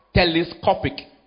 Telescopic